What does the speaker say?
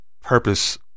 purpose